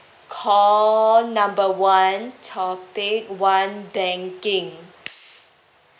call number one topic one banking